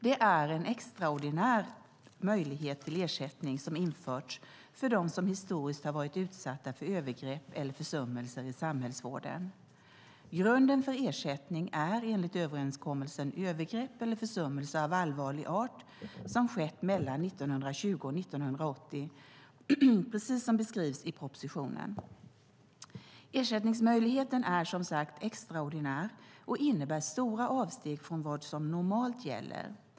Det är en extraordinär möjlighet till ersättning som införts för dem som historiskt har varit utsatta för övergrepp eller försummelser i samhällsvården. Grunden för ersättning är enligt överenskommelsen övergrepp eller försummelse av allvarlig art som skett mellan 1920 och 1980, precis som beskrivs i propositionen. Ersättningsmöjligheten är, som sagt, extraordinär och innebär stora avsteg från vad som normalt gäller.